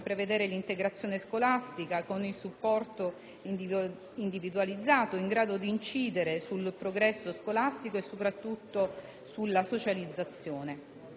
prevedere l'integrazione scolastica, con il supporto individualizzato, in grado di incidere sul progresso scolastico e, soprattutto, sulla socializzazione